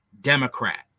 Democrat